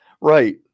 right